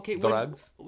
Drugs